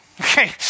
Okay